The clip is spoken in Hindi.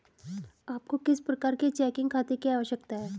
आपको किस प्रकार के चेकिंग खाते की आवश्यकता है?